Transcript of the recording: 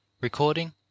Recording